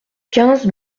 quinze